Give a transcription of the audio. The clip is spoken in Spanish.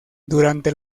durante